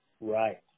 right